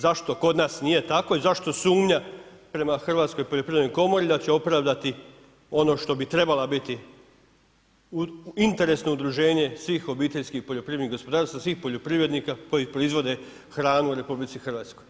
Zašto kod nas nije tako i zašto sumnja prema Hrvatskoj poljoprivrednoj komori da će opravdati ono što bi trebala biti interesno udruženje svih obiteljskih poljoprivrednih gospodarstva, svih poljoprivrednika koji proizvode hranu u RH?